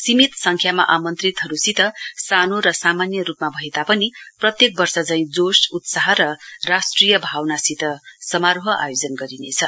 सीमित सङ्ख्यामा आमन्त्रितहरूसित सानो र सामान्य रूपमा भए पनि प्रत्येक वर्ष झैं जोश उत्साह र राष्ट्रिय भावनासित समारोह आयोजना गरिनेछ